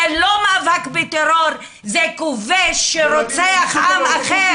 זה לא מאבק בטרור, זה כובש שרוצח עם אחר.